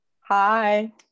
Hi